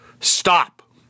Stop